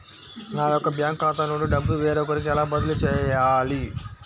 నా యొక్క బ్యాంకు ఖాతా నుండి డబ్బు వేరొకరికి ఎలా బదిలీ చేయాలి?